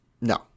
No